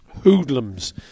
hoodlums